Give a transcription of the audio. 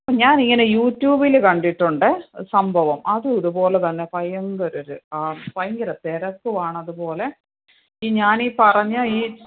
ഞാൻ ഇങ്ങനെ യൂട്യൂബിൽ കണ്ടിട്ടുണ്ട് സംഭവം അതും ഇതുപോലെ തന്നെ ഭയങ്കര ഒരു ആ ഭയങ്കര തിരക്കുവാണതു പോലെ ഈ ഞാനീ പറഞ്ഞ ഈ